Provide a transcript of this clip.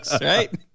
right